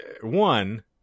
one